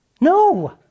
No